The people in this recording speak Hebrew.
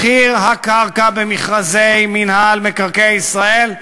מחיר הקרקע במכרזי מינהל מקרקעי ישראל,